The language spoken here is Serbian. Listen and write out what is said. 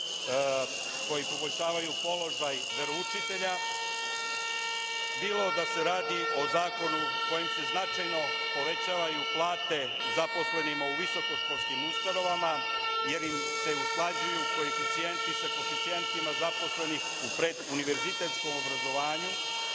koji poboljšavaju položaj veroučitelja, bilo da se radi o zakonu kojim se značajno povećavaju plate zaposlenima u visokoškolskim ustanovama, jer im se usklađuju koeficijenti sa koeficijentima zaposlenih u preduniverzitetskom obrazovanju,